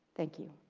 thank you.